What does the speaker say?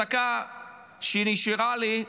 בדקה שנשארה לי,